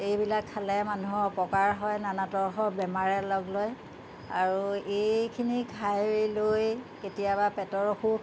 এইবিলাক খালে মানুহৰ অপকাৰ হয় বেমাৰে লগ লয় আৰু এইখিনি খাই লৈ কেতিয়াবা পেটৰ অসুখ